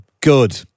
good